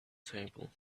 table